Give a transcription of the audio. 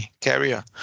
carrier